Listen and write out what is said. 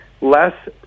less